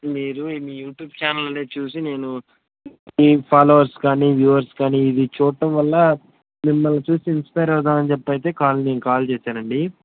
మీరు మీ YouTube channel ని చూసి నేను మీ ఫాలోవర్స్ కానీ వ్యూవర్స్ కానీ ఇది చూడటంవల్ల మిమ్మల్ని చూసి ఇన్స్పెయర్ అవుదామని చెప్పాయితే నేను కాల్ కాల్ చేసానండీ